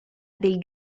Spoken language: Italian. del